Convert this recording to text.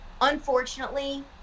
unfortunately